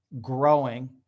growing